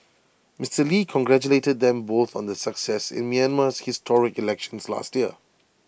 Mister lee congratulated them both on their success in Myanmar's historic elections last year